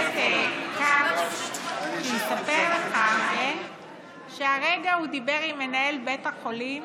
איפה חבר הכנסת כץ שיספר לך שהרגע הוא דיבר עם מנהל בית החולים